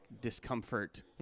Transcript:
discomfort